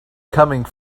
coming